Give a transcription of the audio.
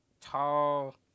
tall